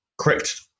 Correct